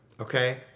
Okay